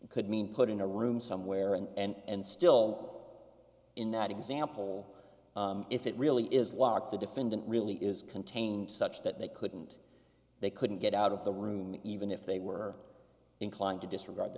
mean could mean put in a room somewhere and still in that example if it really is locked the defendant really is contained such that they couldn't they couldn't get out of the room even if they were inclined to disregard the